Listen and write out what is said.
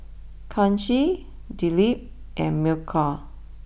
Kanshi Dilip and Milkha